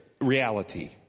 reality